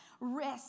risk